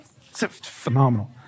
phenomenal